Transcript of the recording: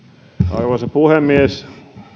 arvoisa puhemies